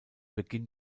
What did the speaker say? beginn